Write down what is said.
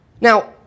Now